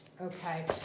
Okay